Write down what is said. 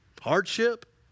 hardship